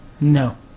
No